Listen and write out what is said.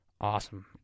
awesome